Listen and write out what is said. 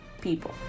people